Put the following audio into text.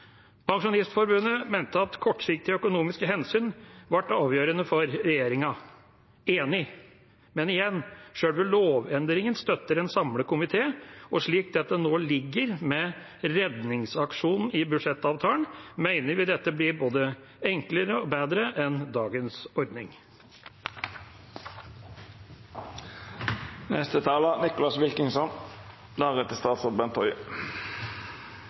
Pensjonistforbundet mente at kortsiktige økonomiske hensyn ble avgjørende for regjeringa – enig. Men igjen: En samlet komité støtter selve lovendringen, og slik det nå foreligger med redningsaksjonen i budsjettavtalen, mener vi dette blir både enklere og bedre enn dagens ordning.